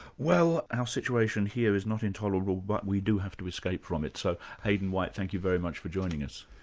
well our situation here is not intolerable but we do have to escape from it so hayden white thank you very much for joining us.